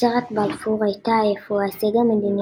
הצהרת בלפור הייתה איפוא ההישג המדיני